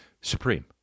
Supreme